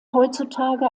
heutzutage